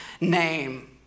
name